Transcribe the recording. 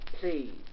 Please